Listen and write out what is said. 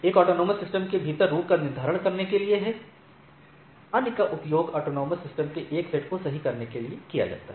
एक AS के भीतर रूट का निर्धारण करने के लिए है अन्य का उपयोग ऑटॉनमस सिस्टमों के एक सेट को सही करने के लिए किया जाता है